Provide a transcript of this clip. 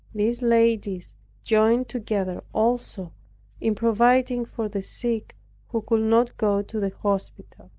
these ladies joined together also in providing for the sick who could not go to the hospital.